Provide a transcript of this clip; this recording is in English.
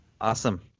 Awesome